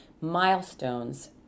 milestones